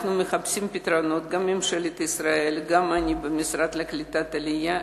גם ממשלת ישראל וגם אני במשרד לקליטת העלייה.